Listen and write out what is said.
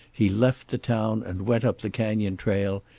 he left the town and went up the canyon trail,